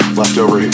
leftover